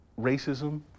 racism